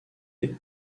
est